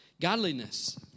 godliness